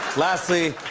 lastly,